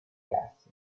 gas